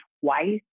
twice